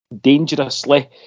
dangerously